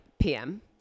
PM